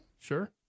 Sure